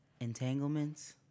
Entanglements